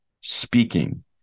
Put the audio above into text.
speaking